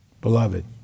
Beloved